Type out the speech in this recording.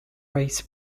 race